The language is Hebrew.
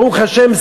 ברוך השם,